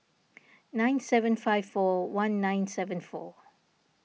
nine seven five four one nine seven four